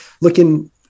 looking